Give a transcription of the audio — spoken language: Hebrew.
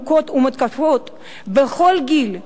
מוכות ומותקפות בכל גיל,